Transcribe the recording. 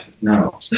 no